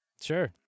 Sure